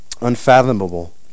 unfathomable